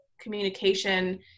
communication